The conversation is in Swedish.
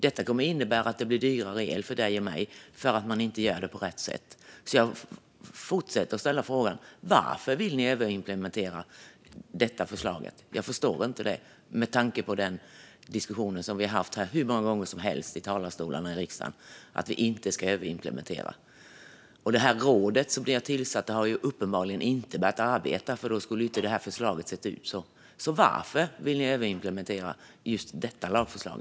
Det kommer att innebära att det blir dyrare el för dig och mig, eftersom man inte gör detta på rätt sätt. Jag fortsätter därför att ställa frågan: Varför vill ni överimplementera detta förslag, Mats Green? Jag förstår inte det, med tanke på den diskussion om att inte överimplementera som vi har haft i talarstolarna här i riksdagen hur många gånger som helst. Det råd ni har tillsatt har uppenbarligen inte börjat arbeta, för då hade förslaget inte sett ut som det gör. Varför vill ni överimplementera just detta lagförslag?